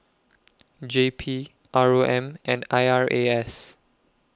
J P R O M and I R A S